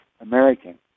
American